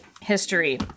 history